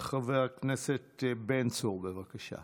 חבר הכנסת בן צור, בבקשה.